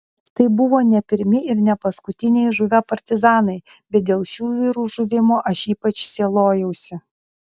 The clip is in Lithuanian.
tai buvo ne pirmi ir ne paskutiniai žuvę partizanai bet dėl šių vyrų žuvimo aš ypač sielojausi